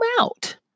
out